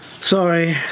Sorry